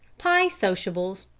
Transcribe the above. pie sociables,